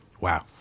wow